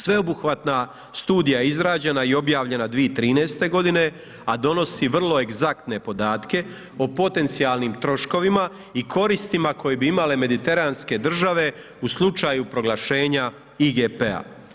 Sveobuhvatna studija izrađena i objavljena 2013. godine, a donosi vrlo egzaktne podatke o potencijalnim troškovima i koristima koje bi imale mediteranske države u slučaju proglašenja IGP-a.